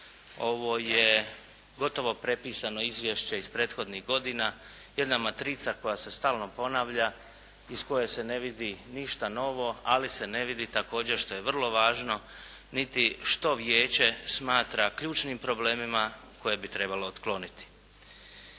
ovo je gotovo prepisano izvješće iz prethodnih godina, jedna matrica koja se stalno ponavlja, iz koje se ne vidi ništa novo, ali se ne vidi također što je vrlo važno, niti što vijeće smatra ključnim problemima koje bi trebalo otkloniti.